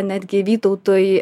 netgi vytautui